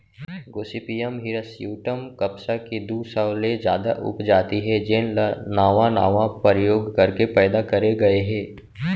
Gossypium हिरस्यूटॅम कपसा के दू सौ ले जादा उपजाति हे जेन ल नावा नावा परयोग करके पैदा करे गए हे